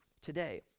today